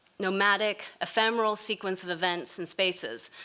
nomadic, ephemeral sequence of events and spaces,